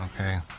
Okay